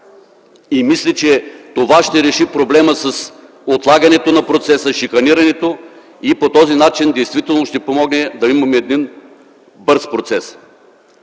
Мисля, че това ще реши проблема с отлагането на процеса, с шиканирането и по този начин действително ще помогне да имаме бърз процес.